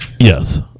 Yes